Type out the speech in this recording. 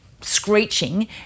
screeching